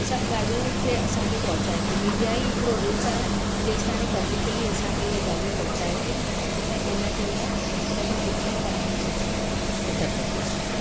सभु ॻाल्हियूं खे असांखे पहुचाए थी मिडिया ही हिकिड़ो रूप आहे जेसीं ताईं पब्लिकली असांखे उहो ॻाल्हियूं पहुचाए थी त हिनजे लाइ हिनजी तुलना तमामु सुठी रही आहे उत्तर प्रदेश जी